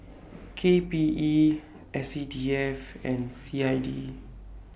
K P E S C D F and C I D